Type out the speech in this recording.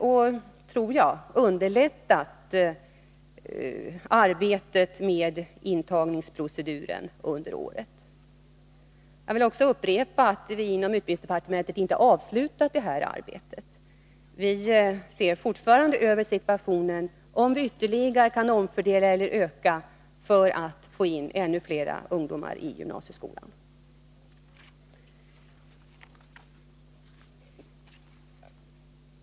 Dessa förändringar har, tror jag, underlättat intagningsproceduren detta år. Jag upprepar också att vi inom utbildningsdepartementet inte har avslutat detta arbete. Vi ser fortfarande över situationen och undersöker om vi ytterligare kan omfördela eller öka antalet platser, för att få in ännu fler ungdomar i gymnasieskolan.